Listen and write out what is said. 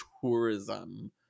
tourism